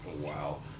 Wow